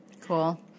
Cool